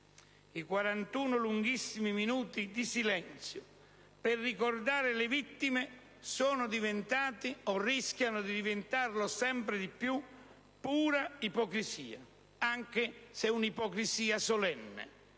I 41 lunghissimi minuti di silenzio per ricordare le vittime sono diventati, o rischiano di diventarlo sempre di più, pura ipocrisia, anche se un'ipocrisia solenne.